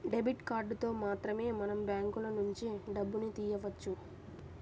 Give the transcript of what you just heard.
debit కార్డులతో మాత్రమే మనం బ్యాంకులనుంచి డబ్బును తియ్యవచ్చు